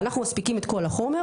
ואנחנו מספיקים את כל החומר.